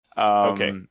Okay